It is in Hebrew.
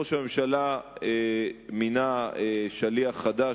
ראש הממשלה מינה שליח חדש,